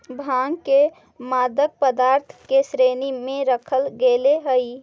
भाँग के मादक पदार्थ के श्रेणी में रखल गेले हइ